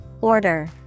Order